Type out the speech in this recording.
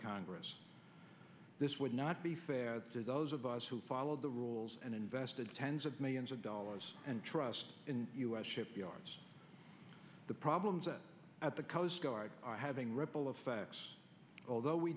congress this would not be fair to those of us who followed the rules and invested tens of millions of dollars and trust in us shipyards the problems at the coast guard are having ripple effects although we